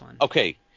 okay